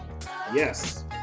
Yes